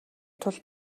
тул